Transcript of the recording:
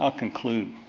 ah conclude,